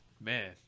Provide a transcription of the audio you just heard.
Man